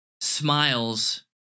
smiles